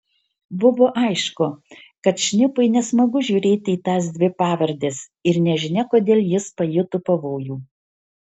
buvo aišku kad šnipui nesmagu žiūrėti į tas dvi pavardes ir nežinia kodėl jis pajuto pavojų